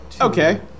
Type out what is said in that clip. Okay